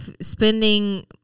Spending